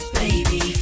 baby